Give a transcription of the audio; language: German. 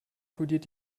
kodiert